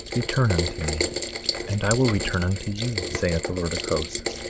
return unto me and i will return unto you, saith the lord of hosts.